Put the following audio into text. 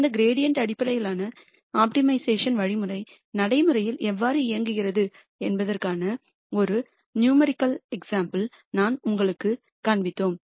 இந்த கிரீடியண்ட்அடிப்படையிலான ஆப்டிமைசேஷன் வழிமுறை நடைமுறையில் எவ்வாறு இயங்குகிறது என்பதற்கான ஒரு எண் உதாரணத்தை நாங்கள் உங்களுக்குக் காண்பித்தோம்